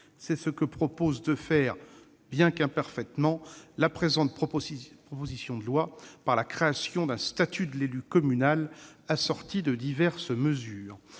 C'est ce que propose de faire, bien qu'imparfaitement, la présente proposition de loi par la création d'un statut de l'élu communal assortie de diverses mesures.